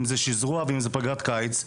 אם זה שזרוע או פגרת קיץ,